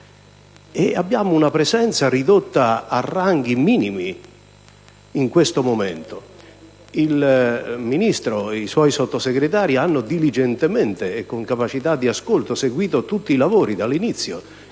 abbiamo una presenza ridotta a ranghi minimi. Il Ministro e i suoi Sottosegretari hanno diligentemente e con capacità di ascolto seguito tutti i lavori dall'inizio,